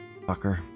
Fucker